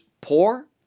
poor